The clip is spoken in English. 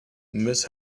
miss